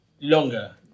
longer